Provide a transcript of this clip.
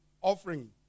offering